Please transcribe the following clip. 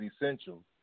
essential